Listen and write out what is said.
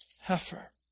heifer